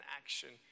action